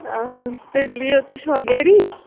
تیٚلہِ یِیِو تُہۍ چھُوا گَری